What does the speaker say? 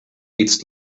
its